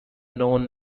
known